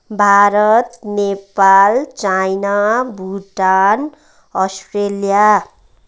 Bharat Nepal China Bhutan Australia